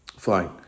Fine